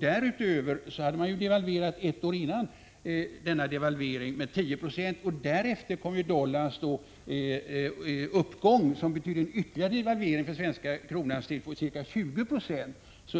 Därutöver hade man devalverat ett år dessförinnan med 10 26, och sedan kom dollarns uppgång som innebar en ytterligare devalvering av den svenska kronan med ca 20 96.